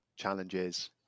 Challenges